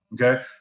Okay